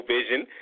Vision